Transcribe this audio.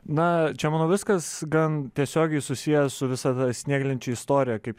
na čia manau viskas gan tiesiogiai susiję su visa ta snieglenčių istoriją kaip